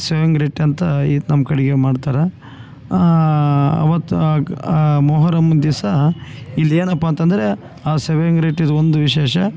ಸೇಂಗ್ರಿಟ್ ಅಂತ ಇತ್ತು ನಮ್ಕಡೆಗೆ ಮಾಡ್ತಾರೆ ಅವತ್ತು ಆಕ ಮೋಹರಮ್ ದಿವಸ ಇಲ್ಲಿ ಏನಪ್ಪ ಅಂತಂದರೆ ಆ ಸೇವೆಂಗ್ರೀಟಿದ ಒಂದು ವಿಶೇಷ